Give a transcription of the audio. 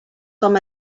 com